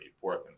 fourth